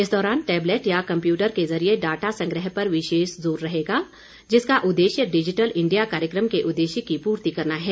इस दौरान टैबलेट या कम्प्यूटर के जरिए डाटा संग्रह पर विशेष जोर रहेगा जिसका उद्देश्य डिजिटल इंडिया कार्यक्रम के उद्देश्य की पूर्ति करना है